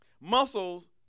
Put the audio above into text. Muscles